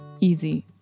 easy